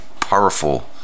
powerful